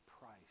price